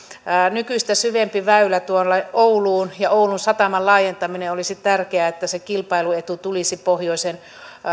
nykyistä syvempi väylä tuonne ouluun ja oulun sataman laajentaminen olisi tärkeää että se kilpailuetu tulisi pohjoisen